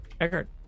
Eckhart